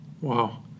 Wow